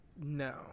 no